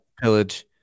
Pillage